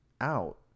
out